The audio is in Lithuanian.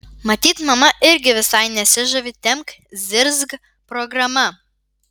matyt mama irgi visai nesižavi tempk zirzk programa